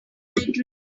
drink